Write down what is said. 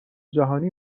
جهانی